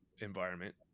environment